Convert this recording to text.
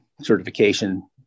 certification